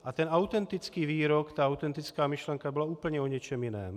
A ten autentický výrok, autentická myšlenka byla úplně o něčem jiném.